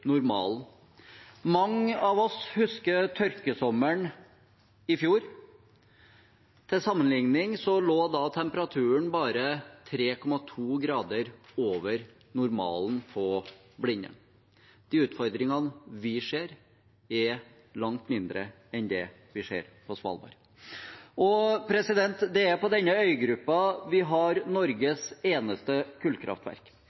normalen. Mange av oss husker tørkesommeren i fjor. Til sammenligning lå da temperaturen bare 3,2 grader over normalen på Blindern. De utfordringene vi ser, er langt mindre enn det vi ser på Svalbard. Det er på denne øygruppen vi har